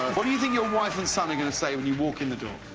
what do you think your wife and son are going to say when you walk in the door?